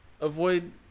avoid